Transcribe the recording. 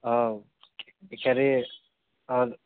অ' হেৰি অ'